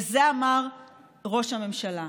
ואת זה אמר ראש הממשלה,